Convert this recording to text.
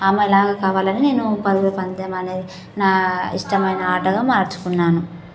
ఆమె లాగా కావాలని నేను పరుగుల పందెం అనేది నా ఇష్టమైన ఆటగా మార్చుకున్నాను